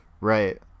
right